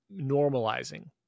normalizing